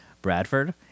bradford